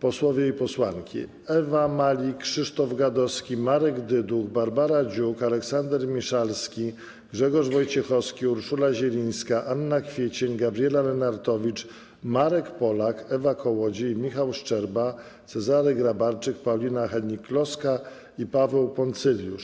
posłowie i posłanki: Ewa Malik, Krzysztof Gadowski, Marek Dyduch, Barbara Dziuk, Aleksander Miszalski, Grzegorz Wojciechowski, Urszula Zielińska, Anna Kwiecień, Gabriela Lenartowicz, Marek Polak, Ewa Kołodziej, Michał Szczerba, Cezary Grabarczyk, Paulina Hennig-Kloska i Paweł Poncyljusz.